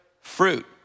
fruit